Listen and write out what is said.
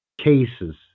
cases